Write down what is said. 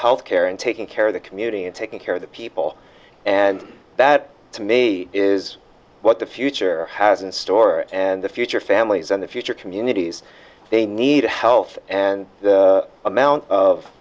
health care and taking care of the community and taking care of the people and that to me is what the future has in store and the future families and the future communities they need to health and the amount of